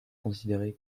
considéré